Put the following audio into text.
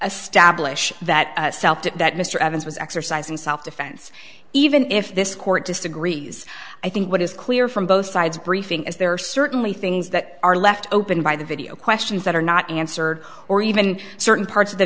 a stablish that south to that mr evans was exercising self defense even if this court disagrees i think what is clear from both sides briefing is there are certainly things that are left open by the video questions that are not answered or even certain parts of the